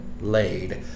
laid